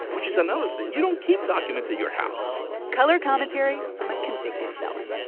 which is another thing. you don't keep documents at your house color commentary from a convicted felon